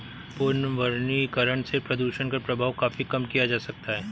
पुनर्वनीकरण से प्रदुषण का प्रभाव काफी कम किया जा सकता है